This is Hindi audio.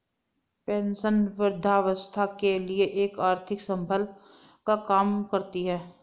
पेंशन वृद्धावस्था के लिए एक आर्थिक संबल का काम करती है